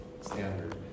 standard